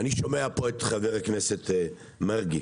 אני שומע את חבר הכנסת מרגי